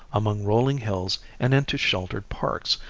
among rolling hills and into sheltered parks,